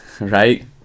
Right